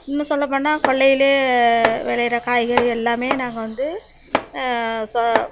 இன்னும் சொல்லப்போனால் கொல்லையிலையே விளையிற காய்கறி எல்லாமே நாங்கள் வந்து சொ